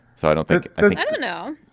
so i don't think i think i don't know.